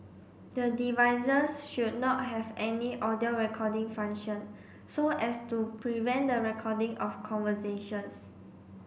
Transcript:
the devices should not have any audio recording function so as to prevent the recording of conversations